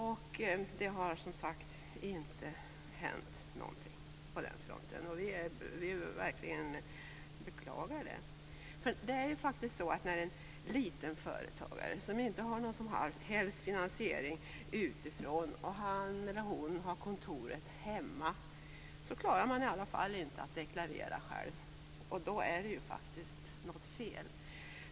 Men det har som sagt inte hänt någonting på den fronten. Det beklagar vi verkligen. Om en liten företagare som inte har någon som helst finansiering utifrån och som har sitt kontor hemma inte klarar att själv deklarera är det faktiskt något fel.